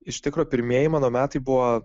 iš tikro pirmieji mano metai buvo